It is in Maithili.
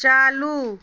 चालू